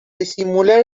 disimular